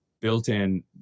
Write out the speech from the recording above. built-in